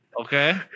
Okay